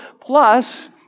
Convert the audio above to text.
Plus